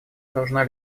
должна